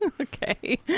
Okay